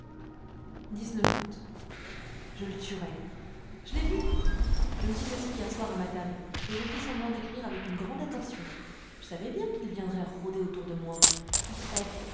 août je le tuerai je l'ai vu je me suis assis hier soir à ma table et je fis semblant d'écrire avec une grande attention je savais bien qu'il viendrait rôder autour de moi tout près